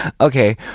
Okay